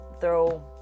throw